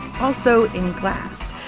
also in glass.